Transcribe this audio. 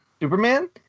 Superman